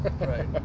right